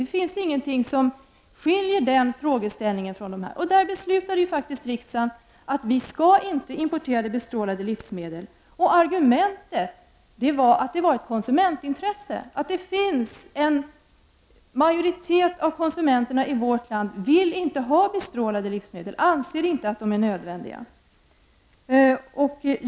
Det finns ingenting som skiljer den frågeställningen från de andra. I den frågan beslutade ju riksdagen att vi inte skall importera bestrålade livsmedel. Argumentet var att det var fråga om ett konsumentintresse, att en majoritet av konsumenterna i vårt land inte vill ha bestrålade livsmedel och anser att sådana inte är nödvändiga.